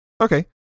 Okay